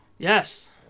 Yes